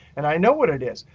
and i know what it is.